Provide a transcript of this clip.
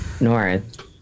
north